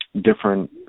different